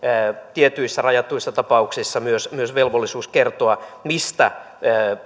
tietyissä rajatuissa tapauksissa myös myös velvollisuus kertoa mistä